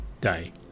day